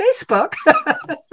Facebook